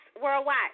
worldwide